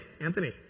Anthony